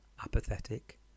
apathetic